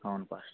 అవును ఫాస్టర్